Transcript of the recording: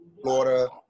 Florida